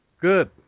Good